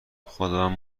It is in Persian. خودمم